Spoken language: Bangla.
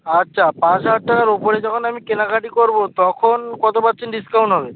আচ্ছা পাঁচ হাজার টাকার ওপরে যখন আমি কেনাকাটা করবো তখন কত পার্সেন্ট ডিসকাউন্ট হবে